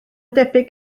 debyg